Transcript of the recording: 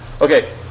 okay